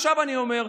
עכשיו אני אומר,